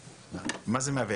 מה זה 109?